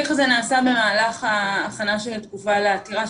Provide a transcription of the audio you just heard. ההליך הזה נעשה במהלך ההכנה של התגובה לעתירה,